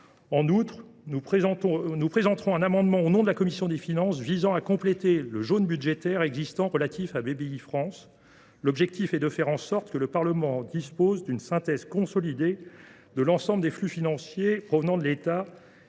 En outre, je présenterai un amendement, au nom de la commission des finances, visant à compléter le jaune budgétaire relatif à Bpifrance. Il s’agit de faire en sorte que le Parlement dispose d’une synthèse consolidée de l’ensemble des flux financiers provenant de l’État